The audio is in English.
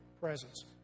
presence